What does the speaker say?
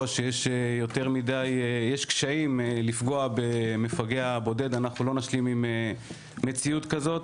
שיש יש קשיים לפגוע במפגע בודד אנחנו לא נשלים עם מציאות כזאת.